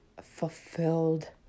fulfilled